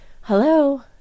Hello